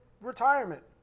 retirement